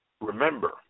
Remember